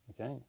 Okay